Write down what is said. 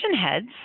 heads